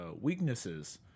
weaknesses